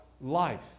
life